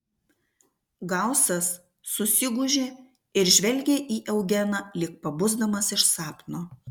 gausas susigūžė ir žvelgė į eugeną lyg pabusdamas iš sapno